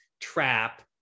Trap